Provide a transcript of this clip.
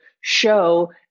show